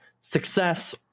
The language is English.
success